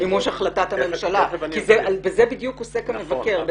לא יעצור את מימוש החלטת הממשלה כי בזה בדיוק עוסק המבקר.